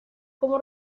como